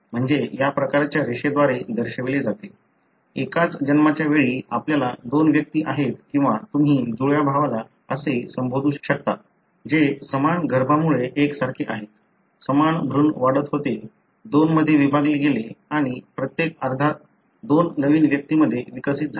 म्हणजे या प्रकारच्या रेषेद्वारे दर्शविले जाते एकाच जन्माच्या वेळी आपल्याला दोन व्यक्ती आहेत किंवा तुम्ही जुळ्या भावाला असे संबोधू शकता जे समान गर्भामुळे एकसारखे आहेत समान भ्रूण वाढत होते दोन मध्ये विभागले गेले आणि प्रत्येक अर्धा दोन नवीन व्यक्तींमध्ये विकसित झाला